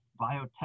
biotech